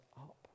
up